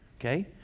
okay